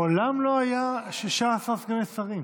מעולם לא היו 16 סגני שרים.